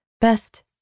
Best